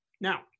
Now